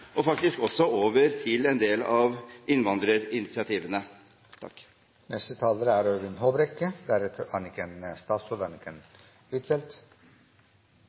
og faktisk også over til en del av innvandrerinitiativene.